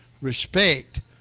respect